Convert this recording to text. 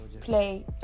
play